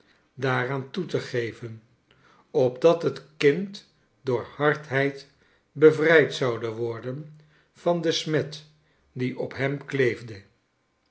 daaraan toe te geven opdat het kind door hardheid bevrijd zoude worden van de smet die op hem kleefde